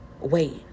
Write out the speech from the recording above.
wait